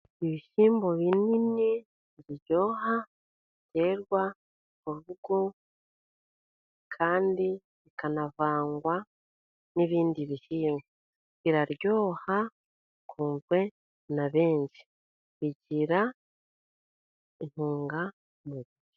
Ibishyimbo binini biryoha byerwa mu rugo kandi bikanavangwa n'ibindi bihingwa biraryoha bikunzwe na benshi bigira intungamubiri.